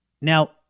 Now